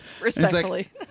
respectfully